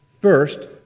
First